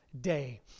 day